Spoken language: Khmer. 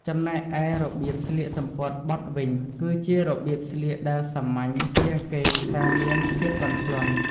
ចំណែកឯរបៀបស្លៀកសំពត់បត់វិញគឺជារបៀបស្លៀកដែលសាមញ្ញជាងគេតែមានភាពទន់ភ្លន់។